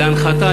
להנחתה,